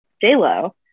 J-Lo